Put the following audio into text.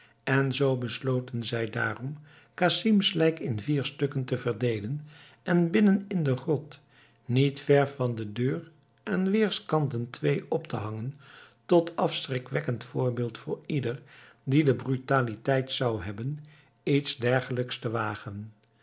en zoo besloten zij daarom casim's lijk in vier stukken te verdeelen en binnen in de grot niet ver van de deur aan weerskanten twee op te hangen tot afschrikwekkend voorbeeld voor ieder die de brutaliteit zou hebben iets dergelijks te wagen